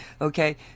Okay